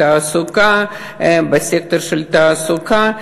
בתעסוקה בסקטור של תעסוקה,